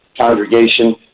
congregation